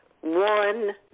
one